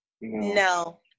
No